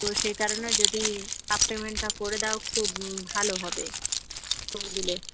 তো সেই কারণে যদি হাফ পেমেন্টটা করে দাও খুব ভালো হবে করে দিলে